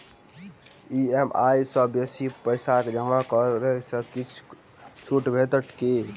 EMI सँ बेसी पैसा जमा करै सँ किछ छुट भेटत की?